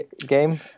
game